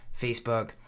Facebook